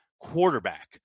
quarterback